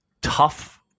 tough